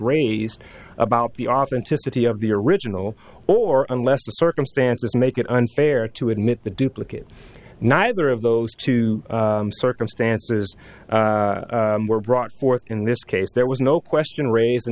raised about the authenticity of the original or unless the circumstances make it unfair to admit the duplicate neither of those two circumstances were brought forth in this case there was no question raised in